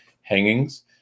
hangings